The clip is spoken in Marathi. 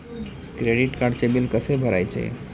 क्रेडिट कार्डचे बिल कसे भरायचे?